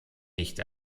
nicht